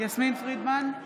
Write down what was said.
יסמין פרידמן,